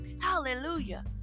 Hallelujah